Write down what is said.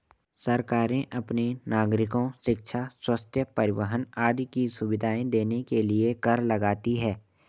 सरकारें अपने नागरिको शिक्षा, स्वस्थ्य, परिवहन आदि की सुविधाएं देने के लिए कर लगाती हैं